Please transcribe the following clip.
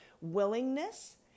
willingness